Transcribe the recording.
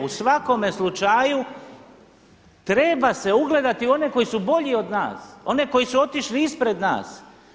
U svakome slučaju treba se ugledati u one koji su bolji od nas, one koji su otišli ispred nas.